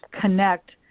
connect